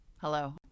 Hello